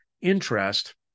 interest